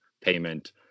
payment